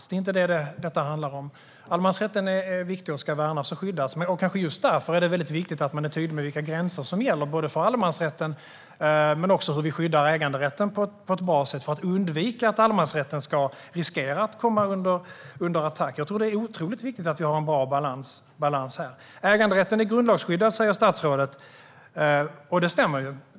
Det är inte det som detta handlar om. Allemansrätten är viktig och ska värnas och skyddas. Kanske just därför är det väldigt viktigt att man är tydlig med vilka gränser som gäller för allemansrätten och i fråga om att skydda äganderätten på ett bra sätt för att undvika att allemansrätten ska riskera att komma under attack. Jag tror att det är otroligt viktigt att vi har en bra balans här. Äganderätten är grundlagsskyddad, säger statsrådet, och det stämmer.